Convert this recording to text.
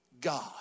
God